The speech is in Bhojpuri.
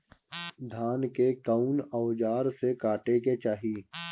धान के कउन औजार से काटे के चाही?